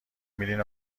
میرین